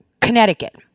Connecticut